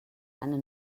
eine